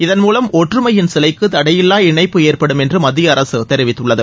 இதன்மூலம் ஒற்றுமையின் சிலைக்கு தடையில்லா இணைப்பு ஏற்படும் என்று மத்திய அரசு தெரிவித்துள்ளது